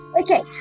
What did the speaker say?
Okay